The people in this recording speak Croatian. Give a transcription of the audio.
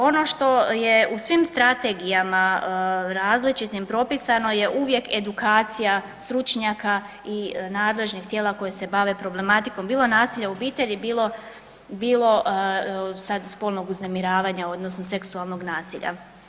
Ono što je u svim strategijama različitom propisano je uvijek edukacija stručnjaka i nadležnih tijela koja se bave problematikom, bilo nasilja u obitelji, bilo sad spolnog uznemiravanja odnosno seksualnog nasilja.